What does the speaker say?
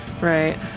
Right